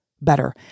better